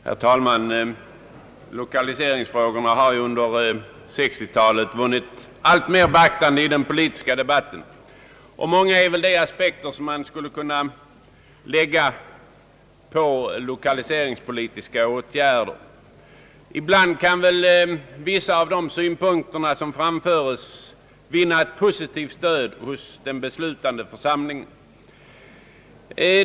Herr talman! Lokaliseringsfrågorna har under 1960-talet vunnit allt mera beaktande i den politiska debatten, och många är väl de aspekter som man kan lägga på lokaliseringspolitiska åtgärder. Ibland kan vissa av de synpunkter som framförs vinna positivt stöd hos den beslutande församlingen.